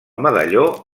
medalló